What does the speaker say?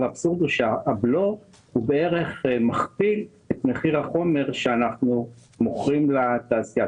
האבסורד הוא שהבלו בערך מכפיל את מחיר החומר שאנחנו מוכרים לתעשייה.